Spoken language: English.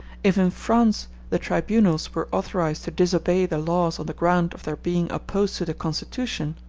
if in france the tribunals were authorized to disobey the laws on the ground of their being opposed to the constitution,